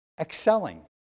excelling